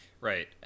Right